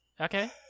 Okay